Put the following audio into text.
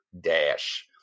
dash